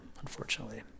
unfortunately